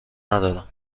ندارم